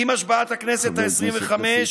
עם השבעת הכנסת העשרים-וחמש,